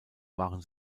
waren